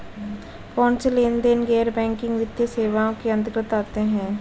कौनसे लेनदेन गैर बैंकिंग वित्तीय सेवाओं के अंतर्गत आते हैं?